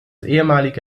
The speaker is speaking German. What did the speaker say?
ehemalige